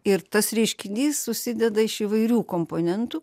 ir tas reiškinys susideda iš įvairių komponentų